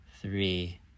three